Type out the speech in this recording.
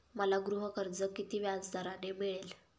मला गृहकर्ज किती व्याजदराने मिळेल?